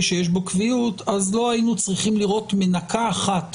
שיש בו קביעות אז לא היינו צריכים לראות מנקה אחת